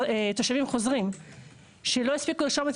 תושבים חוזרים שלא הספיקו לרשום את